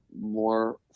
more